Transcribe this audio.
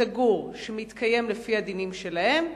סגור שמתקיים לפי הדינים שלהם,